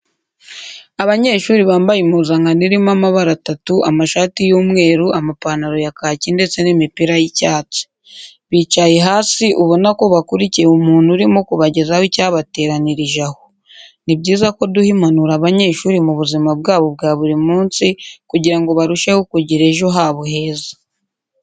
Abanyeshuri bambaye impuzankano irimo amabara atatu amashati y'umweru, amapantaro ya kaki ndetse n'imipira y'icyatsi. Bicaye hasi ubona ko bakurikiye umuntu urimo kubagezaho icyabateranirije aho. Ni byiza ko duha impanuro abanyeshuri mu buzima bwabo bwa buri munsi kugira ngo barusheho kugira ejo habo heza.